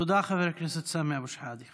תודה, חבר הכנסת סמי אבו שחאדה.